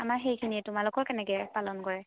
আমাৰ সেইখিনিয়ে তোমালোকৰ কেনেকৈ পালন কৰে